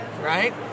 right